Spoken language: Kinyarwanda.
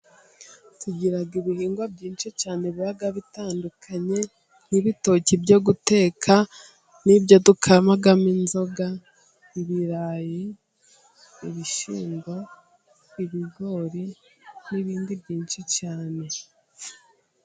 Tugira ibihingwa byinshi cyane biba bitandukanye, n'ibitoki byo guteka, n'ibyo dukamamo inzoga, ibirayi ibishyimbo ibigori n'ibindi byinshi cyane.